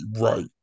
Right